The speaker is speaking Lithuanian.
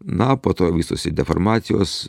na po to vystosi deformacijos